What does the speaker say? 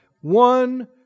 One